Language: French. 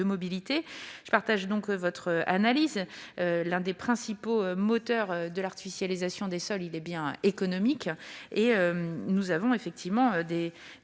Je partage donc votre analyse : l'un des principaux moteurs de l'artificialisation des sols est bien économique. En effet, il est